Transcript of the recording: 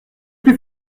plus